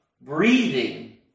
breathing